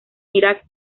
iraq